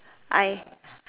I